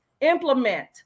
implement